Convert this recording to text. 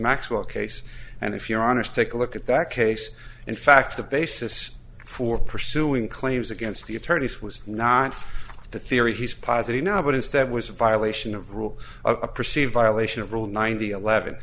maxwell case and if you're honest take a look at that case in fact the basis for pursuing claims against the attorneys was not the theory he's positing now but instead was a violation of rule a perceived violation of rule ninety eleven